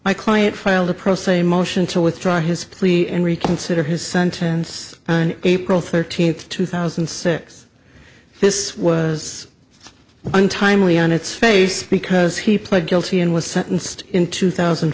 my client filed a pro se motion to withdraw his plea and reconsider his sentence and april thirteenth two thousand and six this was untimely on its face because he pled guilty and was sentenced in two thousand